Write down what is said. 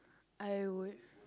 I would